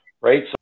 Right